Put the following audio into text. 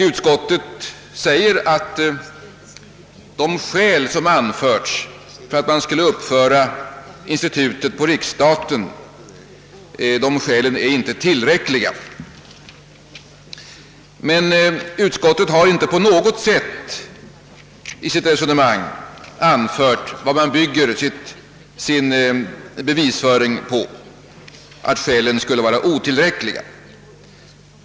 Utskottet säger att de skäl som anförts för att ett anslag till institutet skulle uppföras på riksstaten inte är tillräckliga, men utskottet har inte på något sätt i sitt resonemang klargjort sin bevisföring därvidlag.